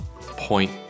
point